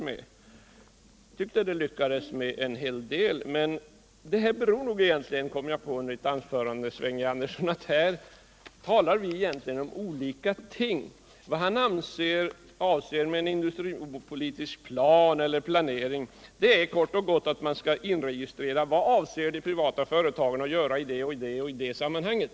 Jag tycker att den lyckades med en hel del. Men, Sven G. Andersson, under ert anförande kom jag underfund med att vi egentligen talar om olika ting. Vad ni avser med en industripolitisk plan eller planering är kort och gott att man skall inregistrera vad de privata företagen avser att göra i det eller det sammanhanget.